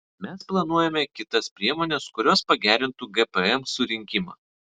mes planuojame kitas priemones kurios pagerintų gpm surinkimą